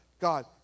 God